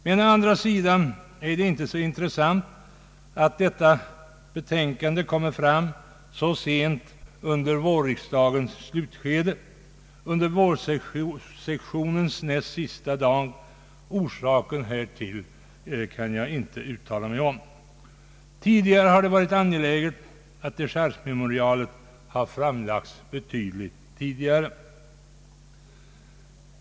Men det är inte tillfredsställande att detta memorial kommer så sent under vårriksdagens slutskede, under vårsessionens näst sista dag. Orsaken härtill kan jag inte uttala mig om. Tidigare har det befunnits angeläget att dechargememorialet framlagts betydligt tidigare.